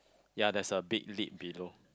ya there's a big lip below